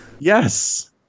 Yes